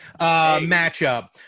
matchup